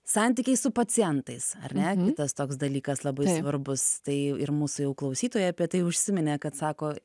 santykiai su pacientais ar ne kitas toks dalykas labai svarbus tai ir mūsų jau klausytojai apie tai užsiminė kad sako